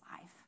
life